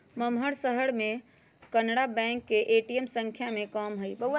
महम्मर शहर में कनारा बैंक के ए.टी.एम संख्या में कम हई